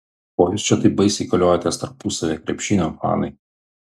ko jūs čia taip baisiai koliojatės tarpusavyje krepšinio fanai